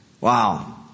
Wow